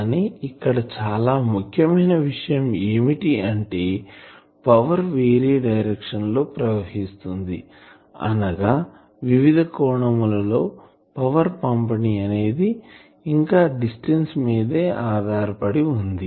కానీ ఇక్కడ చాలా ముఖ్యమైన విషయం ఏమిటి అంటే పవర్ వేరే డైరెక్షన్ లో ప్రవహిస్తుందిఅనగా వివిధ కోణముల లో పవర్ పంపిణి అనేది ఇంకా డిస్టెన్స్ మీదే ఆధారపడి వుంది